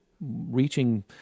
reaching